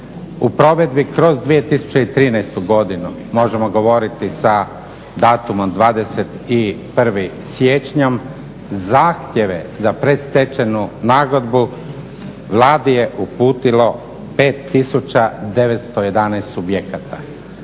U provedbi kroz 2013. godinu možemo govoriti sa datumom sa 21. siječnjem zahtjeve za predstečajnu nagodbu Vladi je uputilo 5 tisuća 911 subjekata.